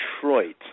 Detroit